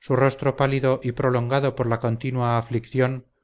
su rostro pálido y prolongado por la continua aflicción